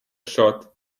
shot